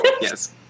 Yes